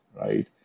right